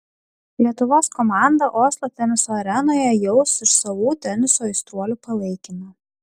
lietuvos komandą oslo teniso arenoje jaus ir savų teniso aistruolių palaikymą